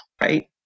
right